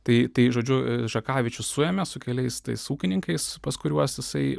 tai tai žodžiu žakavičių suėmė su keliais tais ūkininkais pas kuriuos jisai